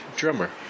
drummer